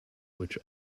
which